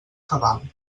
cabal